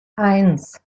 eins